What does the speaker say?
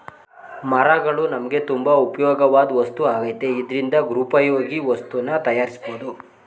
ಮರಗಳು ನಮ್ಗೆ ತುಂಬಾ ಉಪ್ಯೋಗವಾಧ್ ವಸ್ತು ಆಗೈತೆ ಇದ್ರಿಂದ ಗೃಹೋಪಯೋಗಿ ವಸ್ತುನ ತಯಾರ್ಸ್ಬೋದು